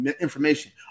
information